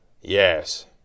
Yes